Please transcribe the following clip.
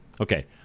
Okay